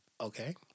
Okay